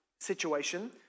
situation